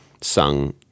sung